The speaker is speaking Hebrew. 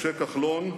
משה כחלון,